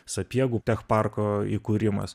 sapiegų parko įkūrimas